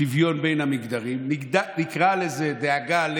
צריך לשלב אנשים בשוק התעסוקה,